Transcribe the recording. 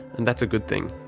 and that's a good thing.